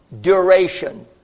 duration